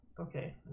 Okay